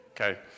Okay